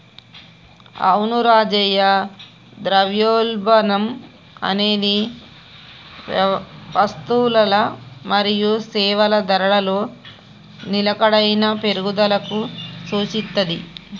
అవును రాజయ్య ద్రవ్యోల్బణం అనేది వస్తువులల మరియు సేవల ధరలలో నిలకడైన పెరుగుదలకు సూచిత్తది